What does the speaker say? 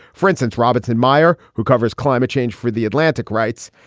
for instance, robertson meyer, who covers climate change for the atlantic, writes,